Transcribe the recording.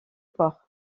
port